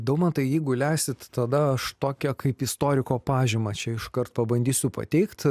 daumantai jeigu leisit tada aš tokią kaip istoriko pažymą čia iš karto bandysiu pateikt